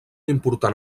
important